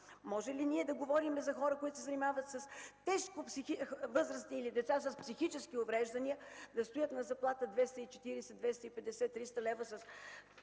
Може ли ние да говорим за хора, които се занимават с възрастни или деца с психически увреждания, да стоят на заплата 240-250-300 лв.?